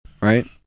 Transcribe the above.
right